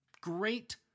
great